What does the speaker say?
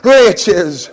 riches